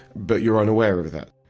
but you are unaware of that.